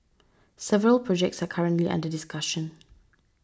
several projects are currently under discussion